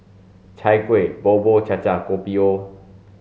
chai kueh bubur cha cha and kopi o